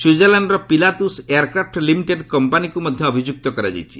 ସ୍ୱିଜରଲ୍ୟାଣ୍ଡ୍ର Pilatus aircraft limited କମ୍ପାନୀକୁ ମଧ୍ୟ ଅଭିଯୁକ୍ତ କରାଯାଇଛି